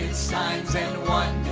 signs and wonders